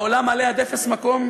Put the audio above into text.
העולם מלא עד אפס מקום